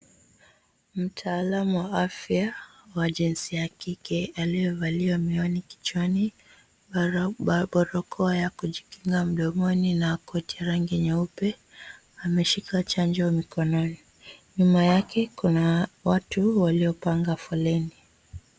Mtaalamu wa afya wa jinsia ya kike aliyevalia miwani kichwani, barakoa ya kujikinga mdomoni na koti ya rangi nyeupe, ameshika chanjo mkononi, nyuma yake kuna watu waliopanga foleni.